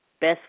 Best